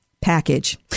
package